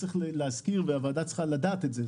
צריך להזכיר את זה, והוועדה צריכה לדעת את זה.